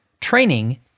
training